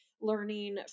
learning